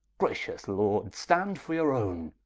gracious lord, stand for your owne,